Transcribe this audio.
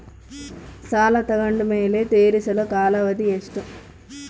ಸಾಲ ತಗೊಂಡು ಮೇಲೆ ತೇರಿಸಲು ಕಾಲಾವಧಿ ಎಷ್ಟು?